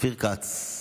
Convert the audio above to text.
אופיר כץ.